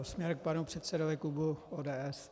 Směrem k panu předsedovi klubu ODS.